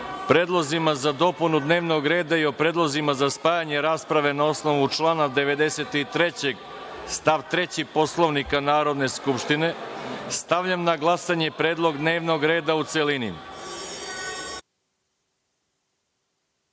predlozima za dopunu dnevnog reda i o predlozima za spajanje rasprave na osnovu člana 93. stav 3. Poslovnika Narodne skupštine, stavljam na glasanje predlog dnevnog reda u celini.(Branka